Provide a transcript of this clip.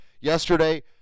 Yesterday